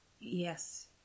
Yes